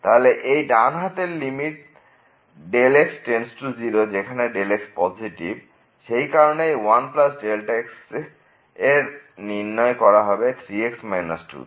তাহলে এর ডান হাতের লিমিট x→0 যেখানে x পজেটিভ এবং সেই কারণেই 1 Δ x এর নির্ণয় করা হবে 3x 2 থেকে